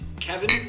Kevin